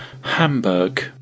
Hamburg